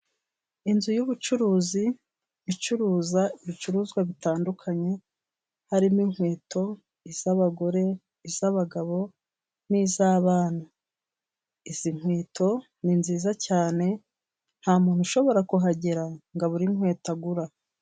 Inzu y'ubucuruzi icuruza ibicuruzwa bitandukanye, harimo inkweto: iz'abagore, iz'abagabo n'iz'abana. Izi nkweto ni nziza cyane, nta muntu ushobora kuhagera ngo abure inkweto agura.